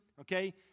okay